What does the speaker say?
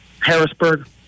Harrisburg